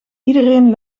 iedereen